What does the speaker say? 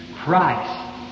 Christ